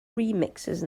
remixes